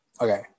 okay